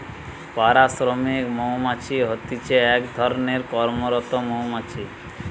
পাড়া শ্রমিক মৌমাছি হতিছে এক ধরণের কর্মরত মৌমাছি